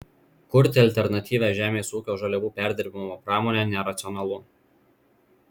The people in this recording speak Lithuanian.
kurti alternatyvią žemės ūkio žaliavų perdirbimo pramonę neracionalu